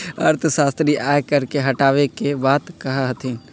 अर्थशास्त्री आय कर के हटावे के बात कहा हथिन